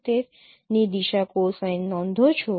69 ની દિશા કોસાઇન નોંધો છો